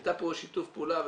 פה שיתוף פעולה.